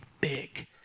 big